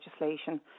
legislation